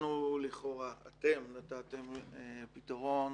אתם נתתם פתרון,